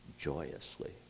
joyously